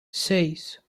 seis